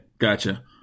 Gotcha